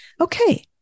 Okay